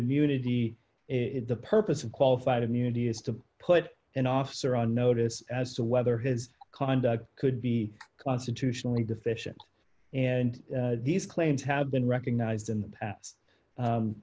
immunity if the purpose of qualified immunity is to put an officer on notice as to whether his conduct could be constitutionally deficient and these claims have been recognized in the past